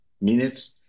minutes